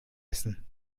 essen